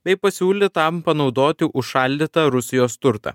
bei pasiūlė tam panaudoti užšaldytą rusijos turtą